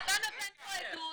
אתה בא נותן פה עדות,